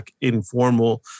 informal